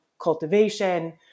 cultivation